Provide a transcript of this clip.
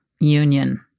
union